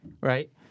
Right